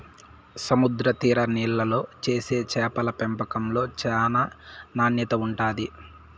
సముద్ర తీర నీళ్ళల్లో చేసే చేపల పెంపకంలో చానా నాణ్యత ఉంటాది